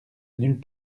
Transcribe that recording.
nulle